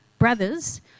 Brothers